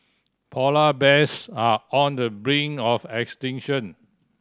polar bears are on the brink of extinction